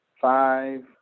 Five